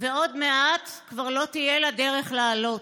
ועוד מעט כבר לא תהיה לה דרך לעלות.